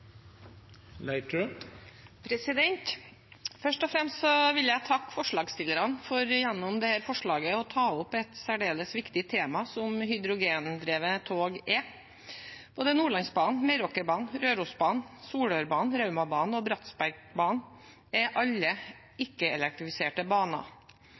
Først og fremst vil jeg takke forslagsstillerne for gjennom dette forslaget å ta opp et særdeles viktig tema som hydrogendrevne tog er. Både Nordlandsbanen, Meråkerbanen, Rørosbanen, Solørbanen, Raumabanen og Bratsbergbanen er alle ikke-elektrifiserte baner.